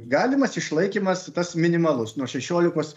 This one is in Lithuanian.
galimas išlaikymas tas minimalus nuo šešiolikos